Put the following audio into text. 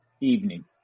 evening